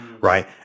Right